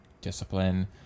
discipline